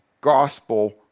gospel